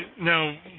Now